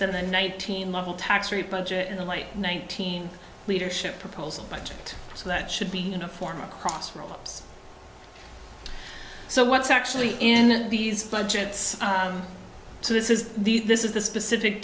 than the nineteen level tax rate budget in the late nineteen leadership proposed budget so that should be in a form across from ups so what's actually in these budgets so this is the this is the specific